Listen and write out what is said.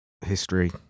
history